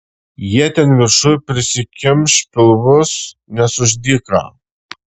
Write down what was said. jie ten viršuj prisikimš pilvus nes už dyka